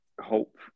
hope